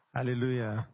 Hallelujah